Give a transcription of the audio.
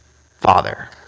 Father